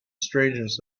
strangeness